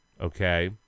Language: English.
okay